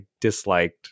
disliked